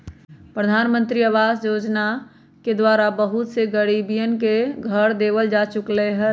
प्रधानमंत्री आवास योजना के द्वारा बहुत से गरीबन के घर देवल जा चुक लय है